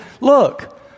look